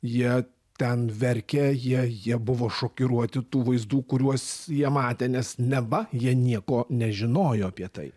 jie ten verkė jie jie buvo šokiruoti tų vaizdų kuriuos jie matė nes neva jie nieko nežinojo apie tai